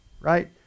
Right